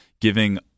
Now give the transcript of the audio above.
giving